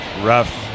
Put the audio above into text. rough